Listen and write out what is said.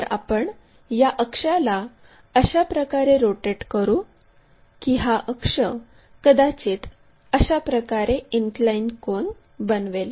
तर आपण या अक्षाला अशाप्रकारे रोटेट करू की हा अक्ष कदाचित अशाप्रकारे इनक्लाइन कोन बनवेल